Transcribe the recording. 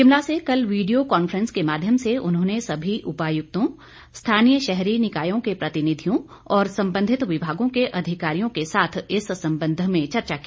शिमला से कल video conference के माध्यम से उन्होंने सभी उपायुक्तों स्थानीय शहरी निकायों के प्रतिनिधियों और सम्बन्धित विभागों के अधिकारियों के साथ इस संबंध में चर्चा की